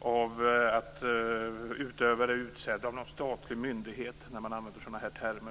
av att utövare är utsedda av en statlig myndighet när man använder sådana här termer.